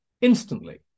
instantly